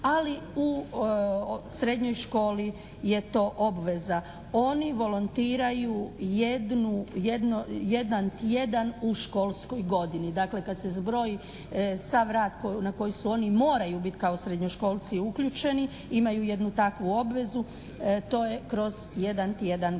ali u srednjoj školi je to obveza. Oni volontiraju jedan tjedan u školskoj godini. Dakle kad se zbroji sav rad na koji su oni moraju biti kao srednjoškolci uključeni, imaju jednu takvu obvezu, to je kroz jedan tjedan godišnje.